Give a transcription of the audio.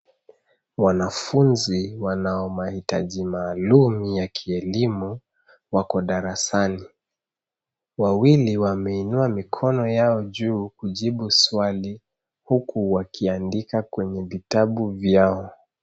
Wanafunzi wanao mahitaji maalumu ya kielimu wako darasani. Wawili wameinua mikono yao juu kujibu swali, huku wakiandika kwenye vitabu vyao.